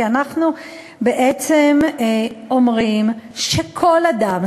כי אנחנו בעצם אומרים שכל אדם,